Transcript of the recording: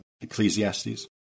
Ecclesiastes